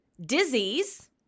disease